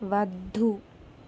వద్దు